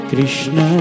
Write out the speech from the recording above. Krishna